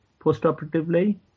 postoperatively